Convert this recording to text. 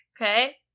Okay